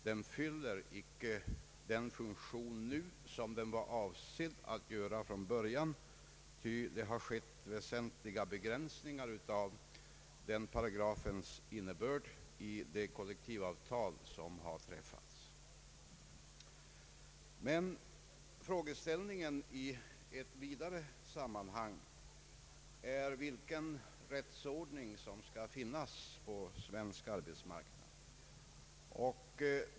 Den fyller inte den funktion nu som den var avsedd att fylla från början, ty det har skett väsentliga begränsningar av den paragrafens innebörd i de kollektivavtal som har träffats. Men frågeställningen i ett vidare sammanhang är, vilken rättsordning son: skall finnas på svensk arbetsmarknad.